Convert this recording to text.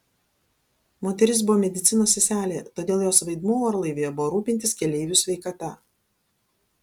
moteris buvo medicinos seselė todėl jos vaidmuo orlaivyje buvo rūpintis keleivių sveikata